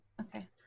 Okay